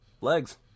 Legs